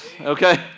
okay